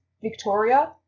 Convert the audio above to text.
Victoria